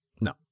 No